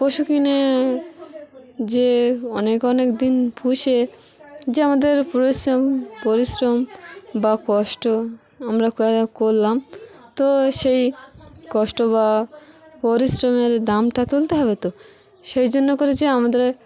পশু কিনে যে অনেক অনেক দিন পুষে যে আমাদের পরিশ্রম পরিশ্রম বা কষ্ট আমরা করলাম তো সেই কষ্ট বা পরিশ্রমের দামটা তুলতে হবে তো সেই জন্য করে যে আমাদের